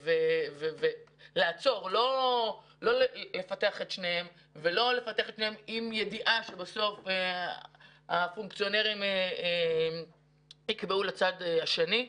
לעצור ולא לפתח את שניהם עם ידיעה שבסוף הפונקציונרים יקבעו לצד השני,